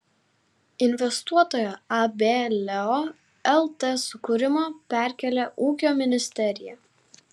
investuotojo ab leo lt sukūrimo perkėlė ūkio ministerija